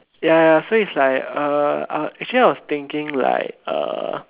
ya ya so it's like uh actually I was thinking like uh